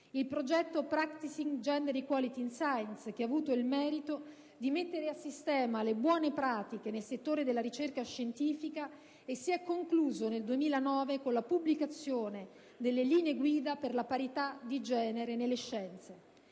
il progetto «*Practising Gender Equality in Science*», che ha avuto il merito di mettere a sistema le buone pratiche nel settore della ricerca scientifica e si è concluso nel 2009 con la pubblicazione delle «Linee guida per la parità di genere nelle scienze»,